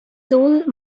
soul